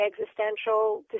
existential